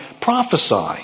prophesy